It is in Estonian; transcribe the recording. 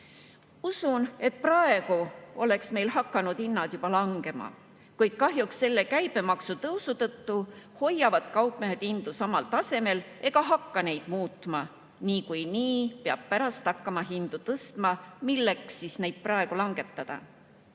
muule. Usun, et praegu oleks meil hakanud hinnad juba langema, kuid kahjuks selle käibemaksu tõusu tõttu hoiavad kaupmehed hindu samal tasemel ega hakka neid muutma. Niikuinii peab pärast hakkama hindu tõstma, milleks siis neid praegu langetada.